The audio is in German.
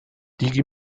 die